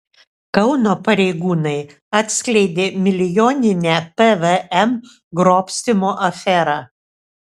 kauno pareigūnai atskleidė milijoninę pvm grobstymo aferą